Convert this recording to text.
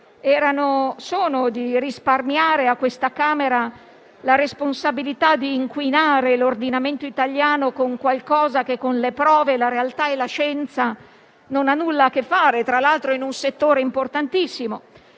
è risparmiare a questa Camera la responsabilità di inquinare l'ordinamento italiano con qualcosa che con le prove, la realtà e la scienza non ha nulla a che fare, tra l'altro in un settore importantissimo;